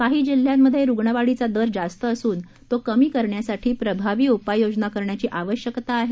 काही जिल्ह्यांमध्ये रुग्णवाढीचा दर जास्त असून तो कमी करण्यासाठी प्रभावी उपाययोजना करण्याची आवश्यकता आहे